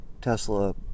Tesla